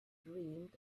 dreamed